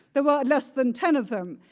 there were less than ten of them.